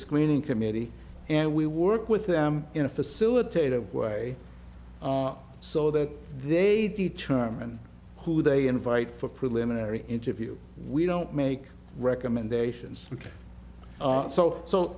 screening committee and we work with them in a facilitative way so that they determine who they invite for preliminary interview we don't make recommendations ok so so